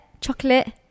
chocolate